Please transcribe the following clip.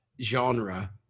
genre